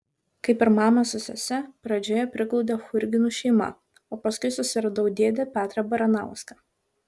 kaip ir mamą su sese pradžioje priglaudė churginų šeima o paskui susiradau dėdę petrą baranauską